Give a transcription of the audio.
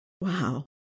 Wow